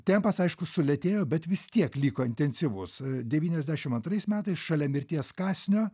tempas aišku sulėtėjo bet vis tiek liko intensyvus devyniasdešimt antrais metais šalia mirties kąsnio